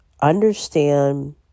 understand